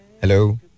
hello